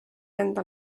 enda